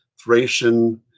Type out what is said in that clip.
Thracian